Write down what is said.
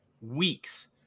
weeks